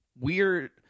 weird –